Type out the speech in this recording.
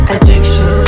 Addiction